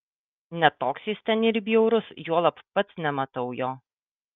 ne toks jis ten ir bjaurus juolab pats nematau jo